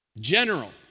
general